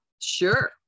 Sure